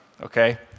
Okay